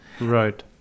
Right